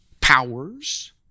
powers